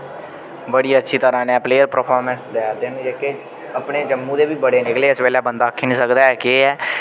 बड़ी अच्छी तरह नै प्लेयर परफारमेंस देयै दे न जेह्के अपने जम्मू दे बी बड़े निकले इस बेल्लै बंदा आक्खी नी सकदा ऐ केह् ऐ